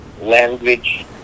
language